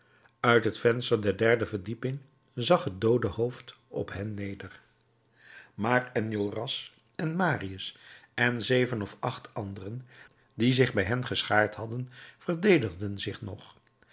uit het venster der derde verdieping zag het doode hoofd op hen neder maar enjolras en marius en zeven of acht anderen die zich bij hen geschaard hadden verdedigden zich nog